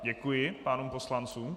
Děkuji pánům poslancům.